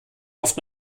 oft